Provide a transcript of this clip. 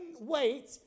wait